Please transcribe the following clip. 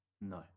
No